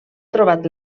trobat